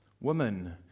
woman